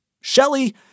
Shelley